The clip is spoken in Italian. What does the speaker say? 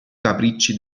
capricci